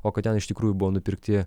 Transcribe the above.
o kad ten iš tikrųjų buvo nupirkti